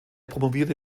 promovierte